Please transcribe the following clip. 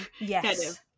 yes